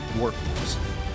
workforce